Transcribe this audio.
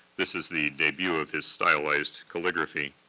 this is the debut of his stylized calligraphy.